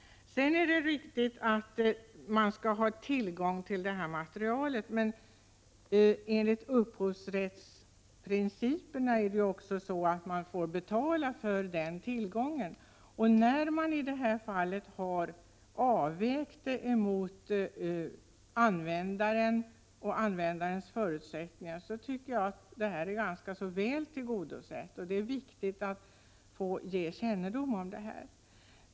Det är riktigt att man skall ha tillgång till detta material. Enligt upphovsrättsprincipen får man betala för denna tillgänglighet. När man i det här fallet gör avvägningar mellan användare och användares förutsättningar tycker jag att det hela blir ganska väl tillgodosett. Det är viktigt att få kännedom om detta.